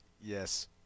Yes